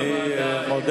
עם כל הכבוד לוועדה שלך,